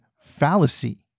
fallacy